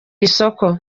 isoko